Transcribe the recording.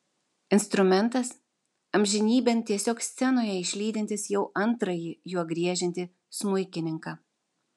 instrumentas amžinybėn tiesiog scenoje išlydintis jau antrąjį juo griežiantį smuikininką